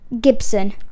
Gibson